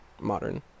modern